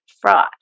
fraud